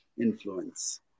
influence